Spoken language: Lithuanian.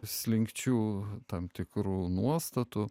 slinkčių tam tikrų nuostatų